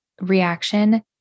reaction